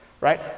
right